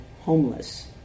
homeless